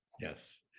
Yes